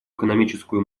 экономическую